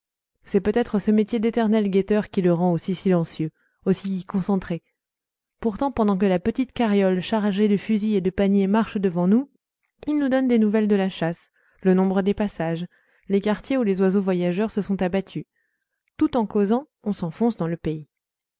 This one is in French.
c'est peut-être ce métier d'éternel guetteur qui le rend aussi silencieux aussi concentré pourtant pendant que la petite carriole chargée de fusils et de paniers marche devant nous il nous donne des nouvelles de la chasse le nombre des passages les quartiers où les oiseaux voyageurs se sont abattus tout en causant on s'enfonce dans le pays